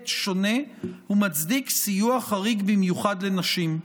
שונה ומצדיק סיוע חריג במיוחד לנשים.